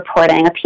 reporting